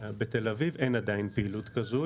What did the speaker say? בתל אביב אין עדיין פעילות כזו.